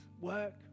work